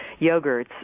yogurts